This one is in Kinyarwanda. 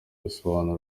bisobanura